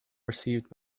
received